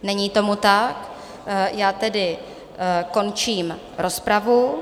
Není tomu tak, já tedy končím rozpravu.